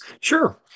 Sure